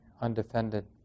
undefended